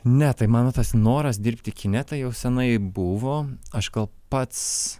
ne tai mano tas noras dirbti kine tai jau senai buvo aš gal pats